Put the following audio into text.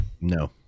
no